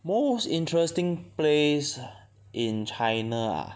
most interesting place in china ah